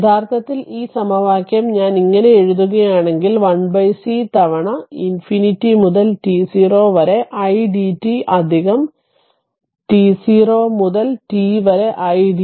യഥാർത്ഥത്തിൽ ഈ സമവാക്യം ഞാൻ ഇങ്ങനെ എഴുതുകയാണെങ്കിൽ 1c തവണ ഇൻഫിനിറ്റി മുതൽ t0 വരെ ആണ് idt അധികം t0 മുതൽ t വരെ idt